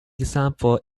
example